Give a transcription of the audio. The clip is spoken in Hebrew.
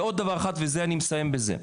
ועוד דבר אחד ואני מסיים בזה.